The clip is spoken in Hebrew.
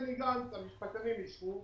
המשפטנים אישרו,